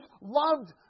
loved